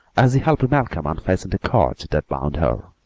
as he helped malcolm unfasten the cords that bound her.